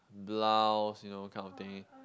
blouse you know kind of thing